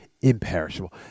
imperishable